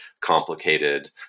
complicated